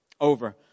Over